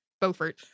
Beaufort